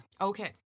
Okay